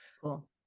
Cool